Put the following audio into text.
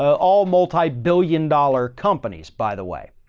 all multibillion dollar companies. by the way,